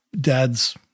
dads